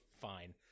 fine